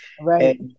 Right